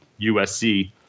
USC